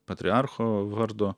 patriarcho vardo